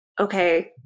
okay